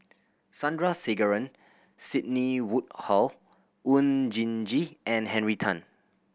Sandrasegaran Sidney Woodhull Oon Jin Gee and Henry Tan